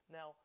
Now